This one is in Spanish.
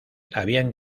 habían